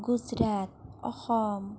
Gujarat Assam